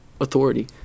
authority